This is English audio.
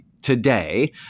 Today